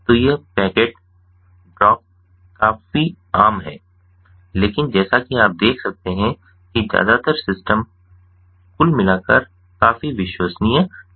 तो ये packet drop काफी आम हैं लेकिन जैसा कि आप देख सकते हैं कि ज्यादातर सिस्टम कुल मिलाकर काफी विश्वसनीय है